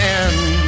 end